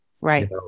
Right